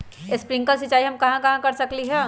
Sprinkle सिंचाई हम कहाँ कहाँ कर सकली ह?